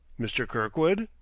mr. kirkwood.